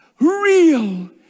real